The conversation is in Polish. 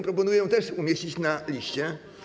Proponuję ją też umieścić na liście.